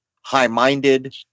high-minded